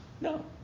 no